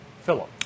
Philip